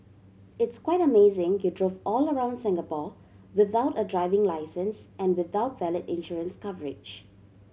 it's quite amazing you drove all around Singapore without a driving licence and without valid insurance coverage